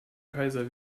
kaiser